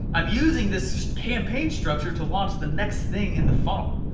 i'm using this campaign structure to launch the next thing in the funnel,